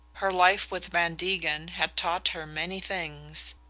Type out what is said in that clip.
her life with van degen had taught her many things.